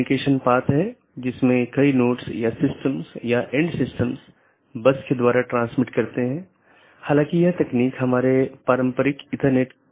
इसलिए एक multihome agent autonomous सिस्टमों के प्रतिबंधित सेट के लिए पारगमन कि तरह काम कर सकता है